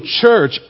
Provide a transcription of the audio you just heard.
church